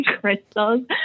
crystals